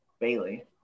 Bailey